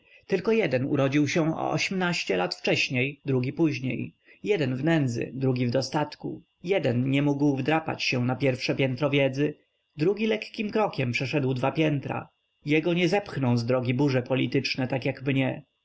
tylko jeden urodził się o ośmnaście lat wcześniej drugi później jeden w nędzy drugi w dostatku jeden nie mógł wdrapać się na pierwsze piętro wiedzy drugi lekkim krokiem przeszedł dwa piętra jego nie zepchną z drogi burze polityczne tak jak mnie